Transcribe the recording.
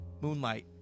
Moonlight